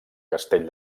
castell